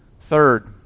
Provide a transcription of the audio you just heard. Third